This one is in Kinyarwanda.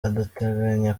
adateganya